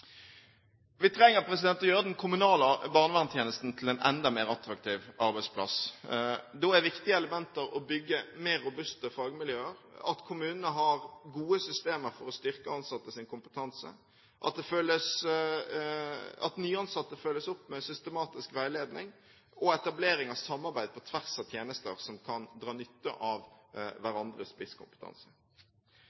Vi trenger å gjøre den kommunale barnevernstjenesten til en enda mer attraktiv arbeidsplass. Da er viktige elementer å bygge mer robuste fagmiljøer, at kommunene har gode systemer for å styrke ansattes kompetanse, at nyansatte følges opp med systematisk veiledning og etablering av samarbeid på tvers av tjenester for å dra nytte av